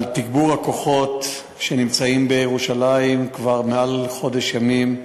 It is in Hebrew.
על תגבור הכוחות שנמצאים בירושלים כבר מעל חודש ימים,